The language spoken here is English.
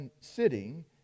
sitting